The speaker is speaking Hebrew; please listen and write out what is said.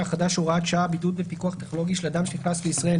החדש (הוראת שעה) (בידוד בפיקוח טכנולוגי של אדם שנכנס לישראל),